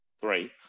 Three